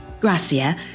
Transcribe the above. Gracia